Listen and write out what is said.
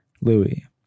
Louis